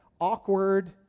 awkward